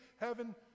heaven